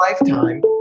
lifetime